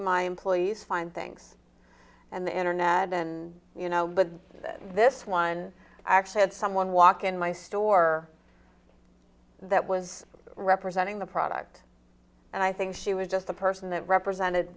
my employees find things and the internet and you know but this one i actually had someone walk in my store that was representing the product and i think she was just the person that represented